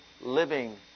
living